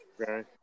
Okay